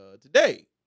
today